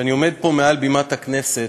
כשאני עומד פה מעל בימת הכנסת